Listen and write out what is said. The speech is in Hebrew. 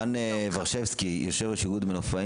דן ורשבסקי, יושב-ראש איגוד מנופאים.